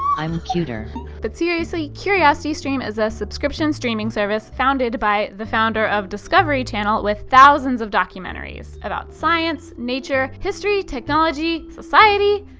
i'm cuter. katelyn but seriously, curiositystream is a subscription streaming service founded by the founder of discovery channel, with thousands of documentaries about science, nature, history, technology, society,